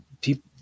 people